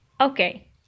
okay